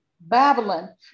Babylon